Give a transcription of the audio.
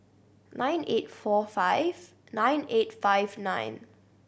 nine eight four five nine eight five nine